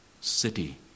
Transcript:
city